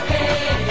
Hey